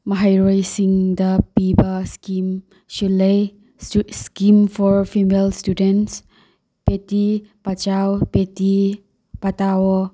ꯃꯍꯩꯔꯣꯏꯁꯤꯡꯗ ꯄꯤꯕ ꯏꯁꯀꯤꯝꯁꯨ ꯂꯩ scheme for female student Beti Bachao Beti Padhao